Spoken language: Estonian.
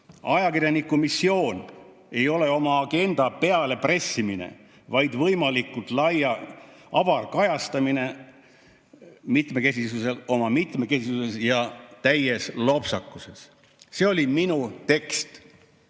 Ajakirjaniku missioon ei ole oma agenda pealepressimine, vaid võimalikult lai ja avar kajastamine oma mitmekesisuses ja täies lopsakuses." See oli minu tekst,